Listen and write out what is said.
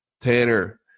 Tanner